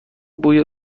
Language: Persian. بوی